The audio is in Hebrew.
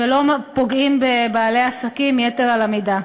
ולא פוגעים בבעלי עסקים יתר על המידה.